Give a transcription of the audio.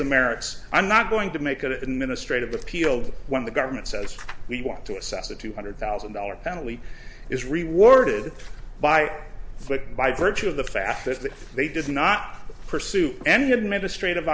the merits i'm not going to make a ministry of appealed when the government says we want to assess a two hundred thousand dollars penalty is rewarded by flik by virtue of the fact that they did not pursue any administrative